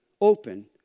open